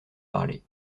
parler